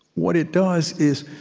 what it does is,